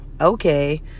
okay